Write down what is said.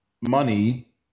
money